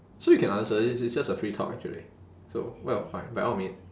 so you can answer this it's just a free talk actually so well fine by all means